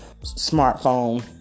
smartphone